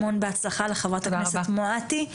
המון הצלחה לחברת הכנסת מואטי.